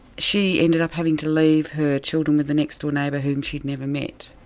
she ended up having to leave her children with the next door neighbour whom she'd never met.